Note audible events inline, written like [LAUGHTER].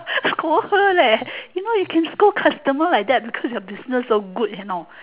[LAUGHS] scold her leh you know you can scold customer like that because your business so good you know